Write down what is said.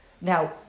Now